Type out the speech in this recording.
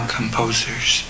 composers